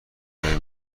لای